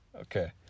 okay